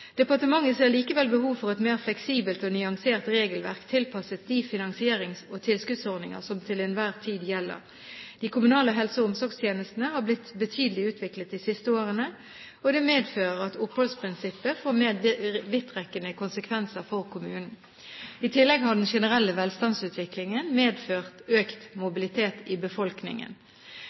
Departementet ser likevel behovet for et mer fleksibelt og nyansert regelverk tilpasset de finansierings- og tilskuddsordninger som til enhver tid gjelder. De kommunale helse- og omsorgstjenestene har blitt betydelig utviklet de siste årene, og det medfører at oppholdsprinsippet får mer vidtrekkende konsekvenser for kommunene. I tillegg har den generelle velstandsutviklingen medført økt mobilitet i befolkningen.